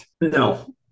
No